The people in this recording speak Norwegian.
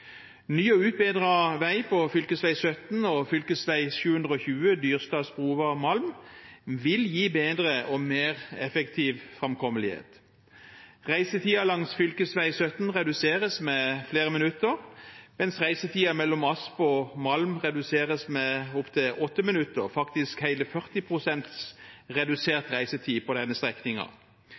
Ny og utbedret vei på fv. 17 og fv. 720 Dyrstad–Sprova–Malm vil gi bedre og mer effektiv framkommelighet. Reisetiden langs fv. 17 reduseres med flere minutter, mens reisetiden mellom Asp og Malm reduseres med opptil åtte minutter, faktisk hele 40 pst. redusert reisetid på denne